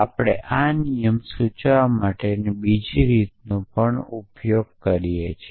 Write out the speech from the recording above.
આપણે આ નિયમ સૂચવવા માટેની બીજી રીતનો ઉપયોગ પણ કરીએ છીએ